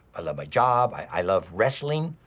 i love my job, i love wrestling,